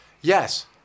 Yes